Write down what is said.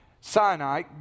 Sinai